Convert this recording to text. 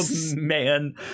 man